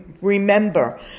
remember